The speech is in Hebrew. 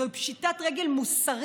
זוהי פשיטת רגל מוסרית